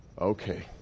okay